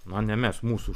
na ne mes mūsų